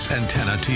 Antenna